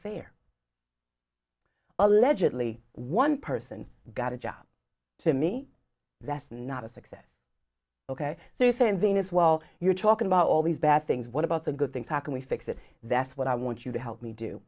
fair allegedly one person got a job to me that's not a success ok so you say and then it's well you're talking about all these bad things what about the good things happen we fix it that's what i want you to help me do